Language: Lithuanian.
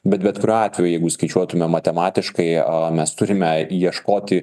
bet bet kuriuo atveju jeigu skaičiuotume matematiškai a mes turime ieškoti